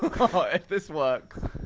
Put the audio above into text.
but this works.